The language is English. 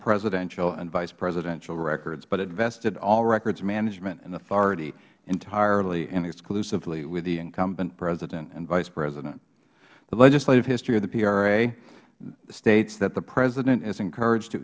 presidential and vice presidential records but it vested all records management and authority entirely and exclusively with the incumbent president and vice president the legislative history of the pra states that the president is encouraged to